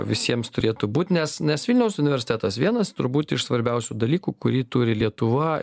visiems turėtų būt nes nes vilniaus universitetas vienas turbūt iš svarbiausių dalykų kurį turi lietuva